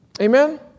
Amen